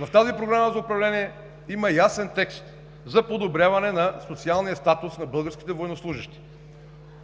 В тази програма за управление има ясен текст за подобряване на социалния статус на българските военнослужещи.